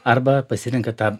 arba pasirenka tą